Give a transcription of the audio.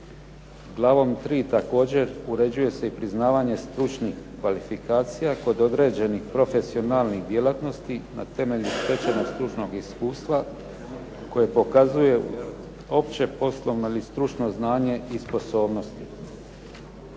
Glavom 3. također uređuje se i priznavanje stručnih kvalifikacija kod određenih profesionalnih djelatnosti na temelju stečenog stručnog iskustva koje pokazuje opće poslovno ili stručno znanje i sposobnosti.